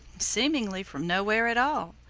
seemingly from nowhere at all.